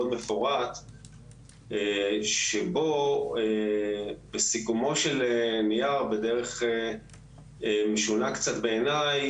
מפורט שבו בסיכומו של נייר בדרך משונה קצת בעיני,